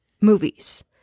movies